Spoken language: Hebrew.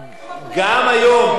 אם יש חוקר בשב"כ,